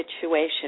situation